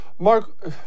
Mark